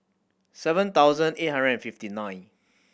seven thousand eight hundred and fifty nine